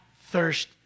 thirst